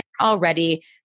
already